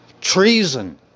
treason